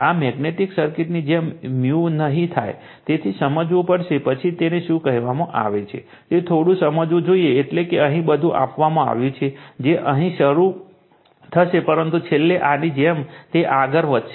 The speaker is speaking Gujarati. આ મેગ્નેટિક સર્કિટની જેમ નહીં થાય તેથી સમજાવવું પડશે પછી તેને શું કહેવામાં આવે છે તે થોડું સમજવું જોઈએ એટલે કે અહીં બધું આપવામાં આવ્યું છે કે અહીંથી તે શરૂ થશે પરંતુ છેલ્લે આની જેમ તે આ રીતે આગળ વધશે